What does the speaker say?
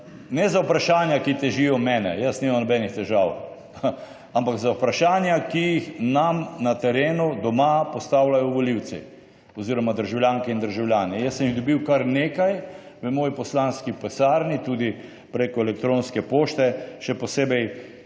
ne za vprašanja, ki težijo mene, jaz nimam nobenih težav, ampak za vprašanja, ki nam jih na terenu, doma, postavljajo volivci oziroma državljanke in državljani. Jaz sem jih dobil kar nekaj v moji poslanski pisarni, tudi preko elektronske pošte, še posebej